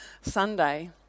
Sunday